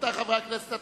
רבותי חברי הכנסת,